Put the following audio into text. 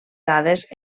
dades